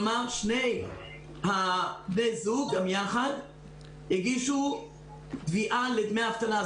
כלומר, שני בני הזוג יחד הגישו תביעה לדמי אבטלה.